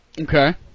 Okay